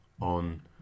on